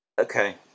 Okay